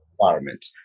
environment